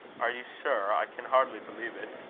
are you sure? i can hardly believe it.